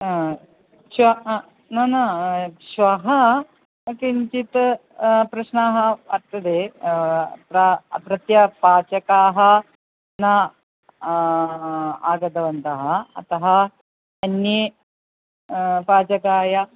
हा श्वः न न श्वः किञ्चित् प्रश्नाः वर्तन्ते प्रा प्रति पाचकाः न आगतवन्तः अतः अन्ये पाचकाय